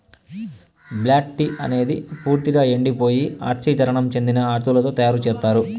black tea అనేది పూర్తిక ఎండిపోయి ఆక్సీకరణం చెందిన ఆకులతో తయారు చేత్తారు